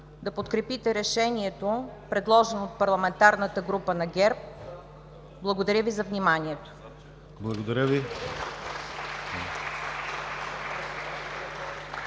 да подкрепите Решението, предложено от парламентарната група на ГЕРБ. Благодаря Ви за вниманието. (Ръкопляскания